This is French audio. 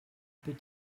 peut